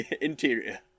Interior